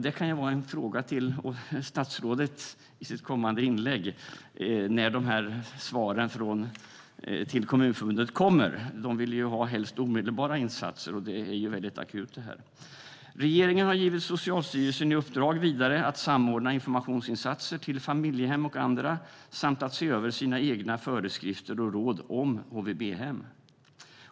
Det kan vara en fråga till statsrådet inför hennes kommande inlägg, när svaren till Kommunförbundet kommer. De vill helst ha omedelbara insatser, och detta är akut. Regeringen har givit Socialstyrelsen i uppdrag att samordna informationsinsatser till familjehem och andra samt se över sina egna föreskrifter och råd om HVB-hem.